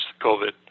COVID